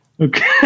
Okay